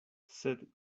sed